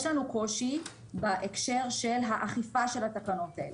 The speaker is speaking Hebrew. יש לנו קושי בהקשר של האכיפה של התקנות האלה.